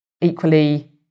equally